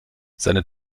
seine